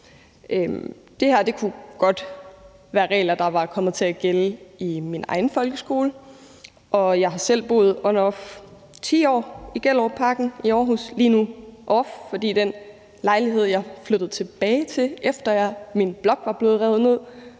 Det her kunne godt være regler, der var kommet til at gælde i min egen folkeskole, og jeg har selv boet on/off 10 år i Gellerupparken i Aarhus, lige nu off, fordi den lejlighed, jeg flyttede tilbage til, efter min blok var blevet revet ned,